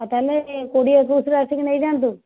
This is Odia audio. ଆଉ ତାହେଲେ କୋଡ଼ିଏ ଏକୋଇଶରେ ଆସିକି ନେଇ ଯାଆନ୍ତୁ